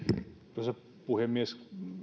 arvoisa puhemies